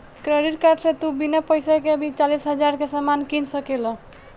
credit card से तू बिना पइसा के भी चालीस हज़ार के सामान किन सकेल